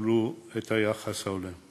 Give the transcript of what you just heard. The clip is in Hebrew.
יקבלו את היחס ההולם.